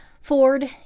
Ford